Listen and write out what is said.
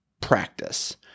practice